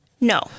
No